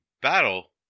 battle